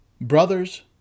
Brothers